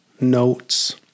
notes